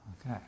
okay